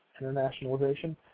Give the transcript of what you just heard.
internationalization